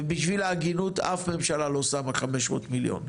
ובשביל ההגינות, אף ממשלה לא שמה 500 מיליון,